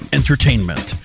entertainment